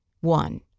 One